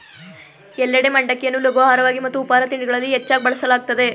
ಎಲ್ಲೆಡೆ ಮಂಡಕ್ಕಿಯನ್ನು ಲಘು ಆಹಾರವಾಗಿ ಮತ್ತು ಉಪಾಹಾರ ತಿಂಡಿಗಳಲ್ಲಿ ಹೆಚ್ಚಾಗ್ ಬಳಸಲಾಗ್ತದೆ